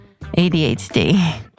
ADHD